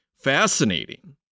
fascinating